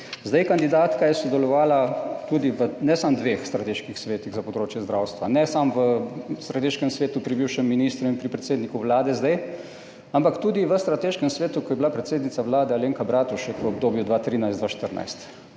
bo. Kandidatka je sodelovala tudi ven ne samo dveh strateških svetih za področje zdravstva, ne samo v strateškem svetu, pri bivšem ministru in pri predsedniku Vlade zdaj, ampak tudi v strateškem svetu, ko je bila predsednica Vlade Alenka Bratušek v obdobju 2013-2004.